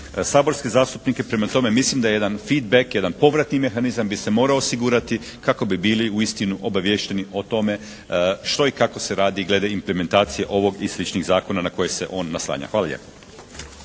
saborske zastupnike, prema tome mislim da jedan fit back, jedan povratni mehanizam bi se morao osigurati kako bi bili uistinu obaviješteni o tome što i kako se radi glede implementacije ovog i sličnih zakona na koje se on naslanja. Hvala lijepa.